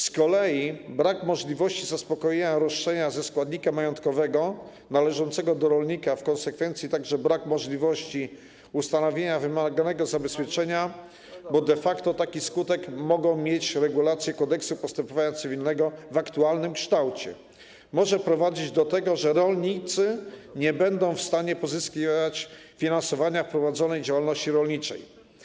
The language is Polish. Z kolei brak możliwości zaspokojenia roszczenia ze składników majątkowych należących do rolnika, a w konsekwencji brak możliwości ustanowienia wymaganego zabezpieczenia, bo de facto taki skutek może mieć funkcjonowanie regulacji Kodeksu postępowania cywilnego w aktualnym kształcie, może prowadzić do tego, że rolnicy nie będą w stanie pozyskiwać finansowania prowadzonej działalności rolniczej.